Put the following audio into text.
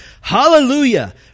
Hallelujah